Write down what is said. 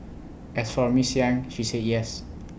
as for miss yang she said yes